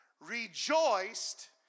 rejoiced